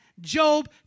Job